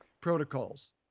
protocols